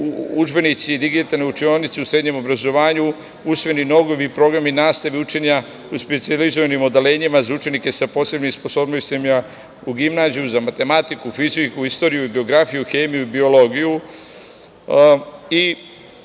udžbenici i digitalne učionice u srednjem obrazovanju, usvojeni novi programi nastave i učenja u specijalizovanim odeljenjima za učenike sa sposobnim sposobnosti u gimnaziji, za matematiku, fiziku, istoriju, geografiju, hemiju i biologiju. Sve